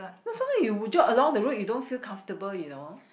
no sometimes you would jog along the road you don't feel comfortable you know